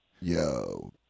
Yo